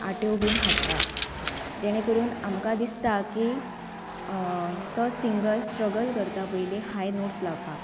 आटो बीन हाडटा जेणे करून आमकां दिसता की तो सिंगल स्ट्रगल करता पयली हाय नोट्स लावपाक